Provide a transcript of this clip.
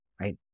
right